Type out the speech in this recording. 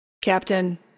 Captain